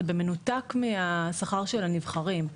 זה במנותק מהשכר של הנבחרים,